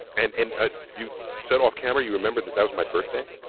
and and ah you said off camera, you remember, that that was my birthday?